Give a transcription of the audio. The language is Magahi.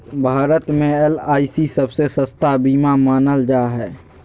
भारत मे एल.आई.सी सबसे सस्ता बीमा मानल जा हय